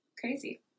crazy